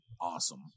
awesome